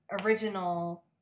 original